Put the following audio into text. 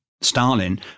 Stalin